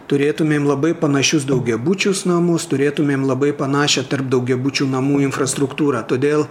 turėtumėm labai panašius daugiabučius namus turėtumėm labai panašią tarp daugiabučių namų infrastruktūrą todėl